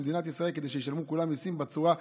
כדי שישלמו כולם מיסים בצורה הטובה,